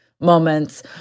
moments